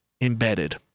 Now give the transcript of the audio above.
embedded